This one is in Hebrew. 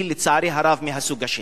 היא, לצערי הרב, מהסוג השני.